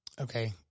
Okay